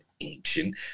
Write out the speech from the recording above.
ancient